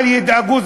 אל ידאגו,